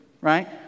right